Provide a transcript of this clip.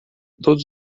todos